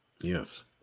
Yes